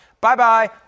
bye-bye